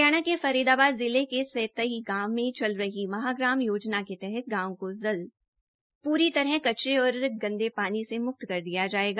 हरियाणा के फरीदाबाद जिले के सोतई गांव में चल रही महाग्राम योजना के तहत गांव को जल्द पूरी तरह कचरे और गंदे पानी से मुक्त कर दिया जायेगा